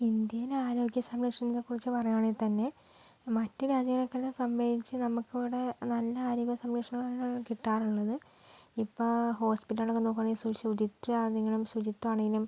ഇന്ത്യയിലെ ആരോഗ്യസംരക്ഷണത്തെ കുറിച്ച് പറയുകയാണെങ്കിൽ തന്നെ മറ്റു രാജ്യങ്ങളെക്കാളും സംബന്ധിച്ച് നമുക്കിവിടെ നല്ല ആരോഗ്യസംരക്ഷണങ്ങൾ കിട്ടാറുള്ളത് ഇപ്പോൾ ഹോസ്പിറ്റലുകളൊക്കെ നോക്കുകയാണെങ്കിൽ സൂചിത്താണെങ്കിലും ശുചിത്വമാണെങ്കിലും